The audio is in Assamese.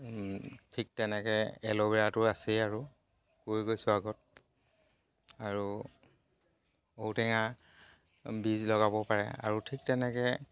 ঠিক তেনেকে এল'ভেৰাটো আছেই আৰু কৈ গৈছোঁ আগত আৰু ঔটেঙা বীজ লগাব পাৰে আৰু ঠিক তেনেকে